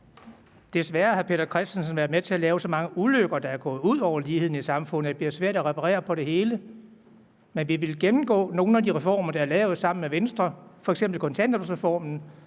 Desværre har hr. Peter Christensen været med til at lave så mange ulykker, der er gået ud over ligheden i samfundet, at det er svært at reparere på det hele. Men det er ved at gennemgå nogle af de reformer, der er lavet sammen med Venstre, f.eks. kontanthjælpsreformen,